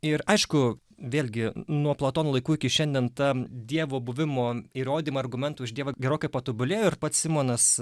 ir aišku vėlgi nuo platono laikų iki šiandien tą dievo buvimo įrodymą argumentų už dievą gerokai patobulėjo ir pats simonas